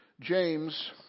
James